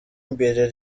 imbere